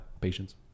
patience